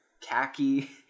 Khaki